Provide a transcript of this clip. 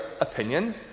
opinion